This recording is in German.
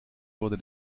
wurde